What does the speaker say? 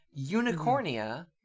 Unicornia